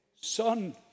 son